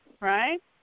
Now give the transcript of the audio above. Right